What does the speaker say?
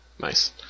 Nice